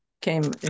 came